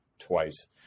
twice